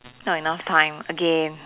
not enough time again